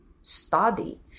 study